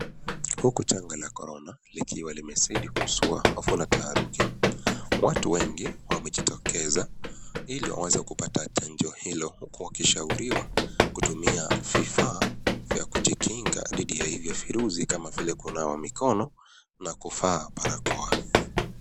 Huku janga la Corona, likiwa limezidi kuzua hofu la taharuki. Watu wengi wamejitokeza ili waweze kupata chanjo hilo, wakishauriwa kutumia vifaa vya kujikinga dhidi ya hivyo virusi kama vile kunawa mikono na kuvaa barakoa.